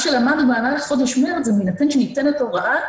מה שלמדנו במהלך חודש מרץ זה שכשניתנת הוראה,